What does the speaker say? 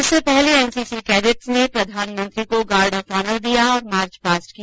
इससे पहले NCC cadets ने प्रधानमंत्री को गार्ड ऑफ ऑनर दिया और मार्चपास्ट किया